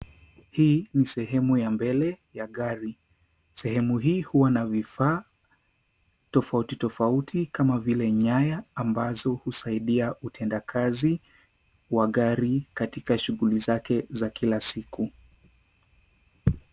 Hii ni sehemu ya mbele ya gari, sehemu hii huwa na vifaa tofauti tofauti kama vile nyaya ambazo husaidia utendakazi wa gari katika shughuli zake za kila siku.